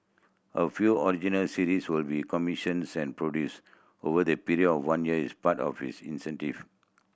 a few original series will be commissions and produced over the period of one year is part of this